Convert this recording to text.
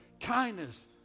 Kindness